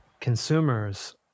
consumers